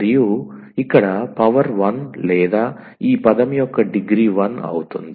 మరియు ఇక్కడ పవర్ 1 లేదా ఈ పదం యొక్క డిగ్రీ 1 అవుతుంది